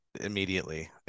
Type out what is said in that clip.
immediately